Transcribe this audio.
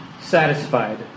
satisfied